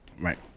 Right